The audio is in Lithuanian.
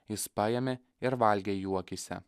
jis paėmė ir valgė jų akyse